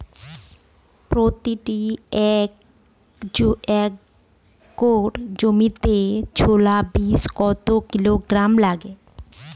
প্রতি একর জমিতে ছোলা বীজ কত কিলোগ্রাম লাগে?